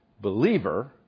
believer